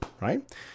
right